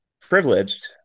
privileged